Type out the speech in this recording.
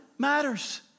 matters